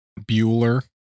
Bueller